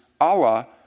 Allah